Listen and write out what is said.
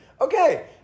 Okay